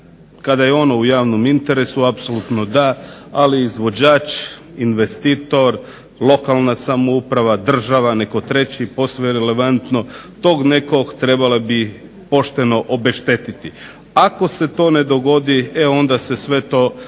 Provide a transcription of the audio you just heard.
kada je ono u javnom interesu apsolutno da ali izvođač, investitor, lokalna samouprava, država, netko treći posve je relevantno tog nekog trebala bi pošteno obeštetiti. Ako se to ne dogodi onda se sve to na